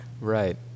Right